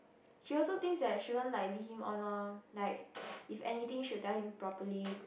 she also thinks that she won't like lead him on loh like if anything she will tell him properly